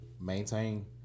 maintain